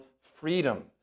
freedom